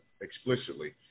explicitly